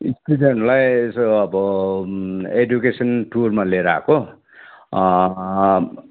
स्टुडेन्टहरूलाई यसो अब एजुकेसन टुरमा लिएर आएको